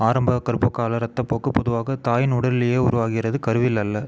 ஆரம்ப கர்ப்பகால இரத்தப்போக்கு பொதுவாக தாயின் உடலிலேயே உருவாகிறது கருவில் அல்ல